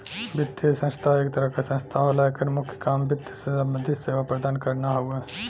वित्तीय संस्था एक तरह क संस्था होला एकर मुख्य काम वित्त से सम्बंधित सेवा प्रदान करना हउवे